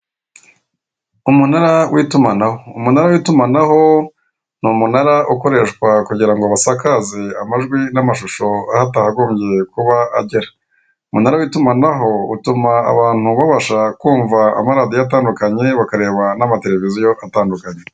Umunara w'itumanaho. Umunara w'itumanaho ni umunara ukoreshwa kugira ngo basakaze amajwi n'amashusho aho atakagombye kuba agera, umunara w'itumanaho utuma abantu babasha kumva amaradiyo atandukanye bakareba n'amatereviziyo atandukanye.